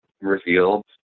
revealed